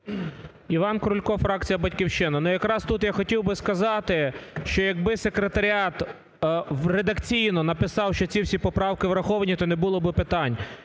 Іван Крулько, фракція "Батьківщина". Ну, якраз тут я хотів би сказати, що якби секретаріат редакційно написав, що всі ці поправки враховані, то не було би питань.